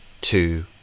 two